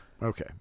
Okay